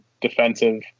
defensive